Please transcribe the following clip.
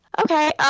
Okay